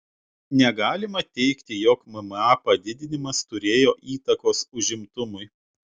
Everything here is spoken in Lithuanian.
negalima teigti jog mma padidinimas turėjo įtakos užimtumui